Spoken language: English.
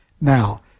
now